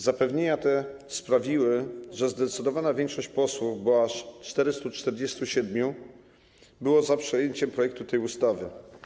Zapewnienia te sprawiły, że zdecydowana większość posłów, bo aż 447, było za przyjęciem projektu tej ustawy.